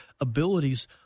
abilities